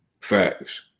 Facts